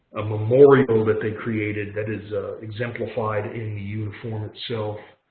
a memorial that they created that is exemplified in the uniform itself.